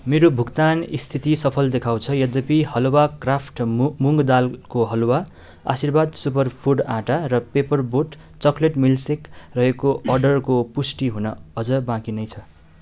मेरो भुक्तान स्थिति सफल देखाउँछ यद्यपि हलुवा क्राफ्ट मुँग दालको हलुवा आशीर्वाद सुपर फुड आटा र पेपरबोट चक्लेट मिल्क सेक रहेको अर्डरको पुष्टि हुन अझ बाँकी नै छ